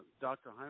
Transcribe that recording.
Dr